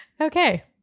Okay